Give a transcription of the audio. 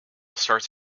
starts